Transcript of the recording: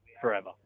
forever